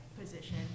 position